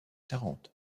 tarente